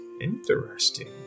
Interesting